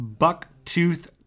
Bucktooth